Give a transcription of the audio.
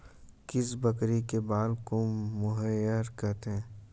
किस बकरी के बाल को मोहेयर कहते हैं?